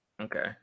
Okay